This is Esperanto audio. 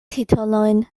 titolojn